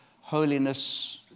holiness